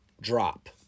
drop